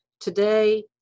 Today